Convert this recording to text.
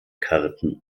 karten